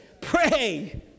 Pray